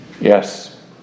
yes